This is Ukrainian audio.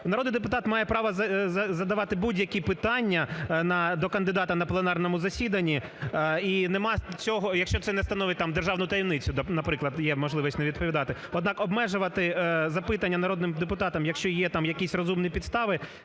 Народний депутат має право задавати будь-які питання до кандидата на пленарному засіданні і немає цього... якщо це не становить там державну таємницю, наприклад, є можливість не відповідати. Однак омежувати запитання народнрм депутатам, якщо є там якісь розумні підстави,